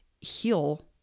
heal